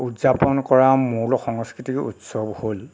উদযাপন কৰা মূল সাংস্কৃতিক উৎসৱ হ'ল